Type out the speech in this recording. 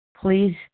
Please